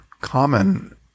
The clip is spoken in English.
common